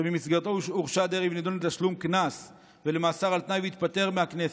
שבמסגרתו הורשע דרעי ונידון לתשלום קנס ולמאסר על תנאי והתפטר מהכנסת.